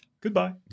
Goodbye